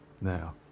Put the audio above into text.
now